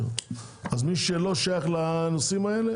מי שלא שייך לנושאים האלה